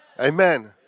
Amen